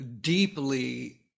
deeply